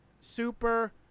Super